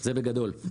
זה בגדול.